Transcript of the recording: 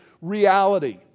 reality